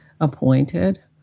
appointed